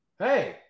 Hey